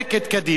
לפרק את קדימה,